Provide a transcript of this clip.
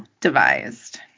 devised